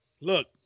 look